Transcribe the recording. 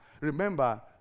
remember